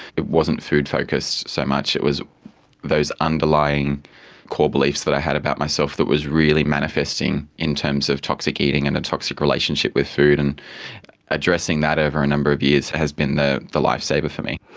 it wasn't food focused so much, it was those underlying core beliefs that i had about myself that was really manifesting in terms of toxic eating and a toxic relationship with food, and addressing that over a number of years has been the the lifesaver for me.